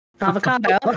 Avocado